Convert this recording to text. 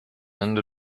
ende